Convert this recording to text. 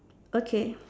okay